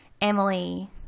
Emily